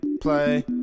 Play